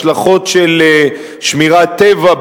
השלכות של שמירת טבע,